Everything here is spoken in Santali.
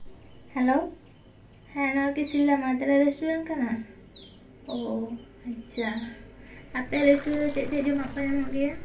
ᱦᱮᱞᱳ ᱦᱮᱸ ᱱᱚᱣᱟ ᱫᱚ ᱥᱤᱞᱫᱟᱹ ᱢᱟ ᱛᱟᱨᱟ ᱨᱮᱥᱴᱩᱨᱮᱱᱴ ᱠᱟᱱᱟ ᱳ ᱟᱪᱪᱷᱟ ᱟᱯᱮ ᱨᱮᱥᱴᱩᱨᱮᱱᱴ ᱨᱮ ᱪᱮᱫ ᱪᱮᱫ ᱡᱚᱢᱟᱜ ᱠᱚ ᱧᱟᱢᱚᱜ ᱜᱮᱭᱟ